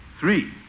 three